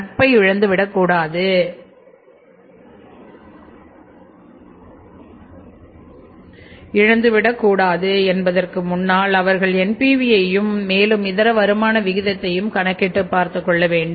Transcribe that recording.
நட்பை இழந்துவிடக் கூடாது என்பதற்கு முன்னால் அவர்கள் NPVயையும் மேலும் இதர வரும் வருமான விகிதத்தையும் கணக்கிட்டு பார்த்துக்கொள்ள வேண்டும்